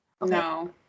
no